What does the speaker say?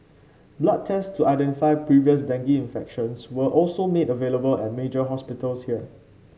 blood tests to identify previous dengue infection were also made available at major hospitals here